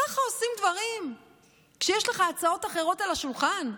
ככה עושים דברים כשיש לך הצעות אחרות על השולחן?